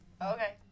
Okay